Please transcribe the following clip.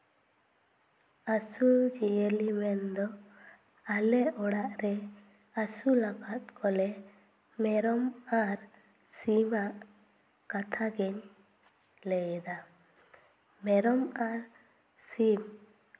ᱟᱹᱥᱩᱞ ᱡᱤᱭᱟᱹᱞᱤ ᱢᱮᱱᱫᱚ ᱟᱞᱮ ᱚᱲᱟᱜ ᱨᱮ ᱟᱹᱥᱩᱞ ᱟᱠᱟᱫ ᱠᱚᱞᱮ ᱢᱮᱨᱚᱢ ᱟᱨ ᱥᱤᱢᱟᱜ ᱠᱟᱛᱷᱟ ᱜᱤᱧ ᱞᱟᱹᱭ ᱮᱫᱟ ᱢᱮᱨᱚᱢ ᱟᱨ ᱥᱤᱢ